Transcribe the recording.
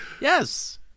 Yes